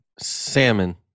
Salmon